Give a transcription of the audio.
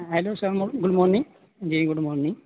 hello sir good morning جی good morning